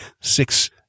six